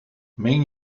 meen